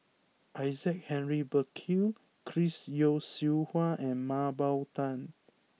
Isaac Henry Burkill Chris Yeo Siew Hua and Mah Bow Tan